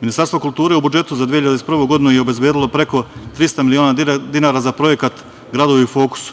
Ministarstvo kulture u budžetu za 2021. godinu je obezbedilo preko 300 miliona dinara za projekat – Gradovi u fokusu.